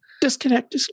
Disconnect